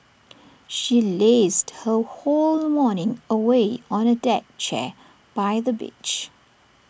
she lazed her whole morning away on A deck chair by the beach